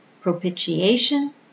propitiation